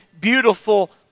beautiful